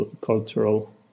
cultural